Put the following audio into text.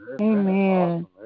Amen